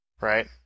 right